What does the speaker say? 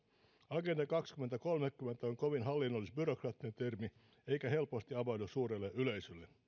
agenda kaksituhattakolmekymmentä on kovin hallinnollisbyrokraattinen termi eikä helposti avaudu suurelle yleisölle